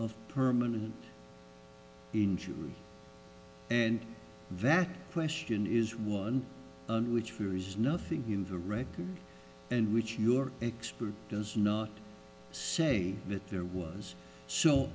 of permanent injury and that question is one on which fear is nothing in the right and which your expert does not say that there was so